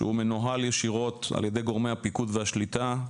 שהוא מנהל ישירות על ידי גורמי הפיקוד והשליטה,